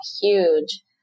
huge